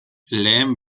lehen